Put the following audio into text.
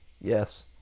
Yes